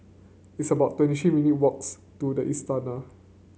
it's about twenty three minute walks to the Istana